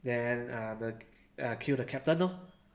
then err the uh kill the captain lor